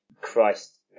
Christ